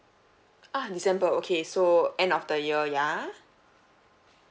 ah december okay so end of the year ya